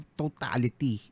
totality